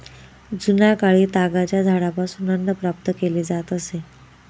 जुन्याकाळी तागाच्या झाडापासून अन्न प्राप्त केले जात असे